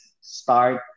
start